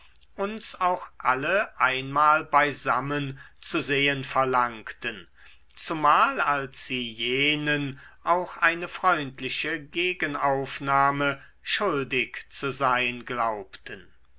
uns auch alle einmal beisammen zu sehen verlangten zumal als sie jenen auch eine freundliche gegenaufnahme schuldig zu sein glaubten